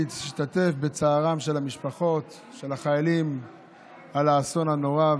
אני משתתף בצערן של המשפחות של החיילים על האסון הנורא,